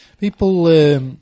People